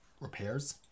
repairs